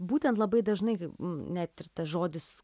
būtent labai dažnai net ir tas žodis